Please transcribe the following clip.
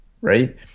right